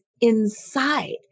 inside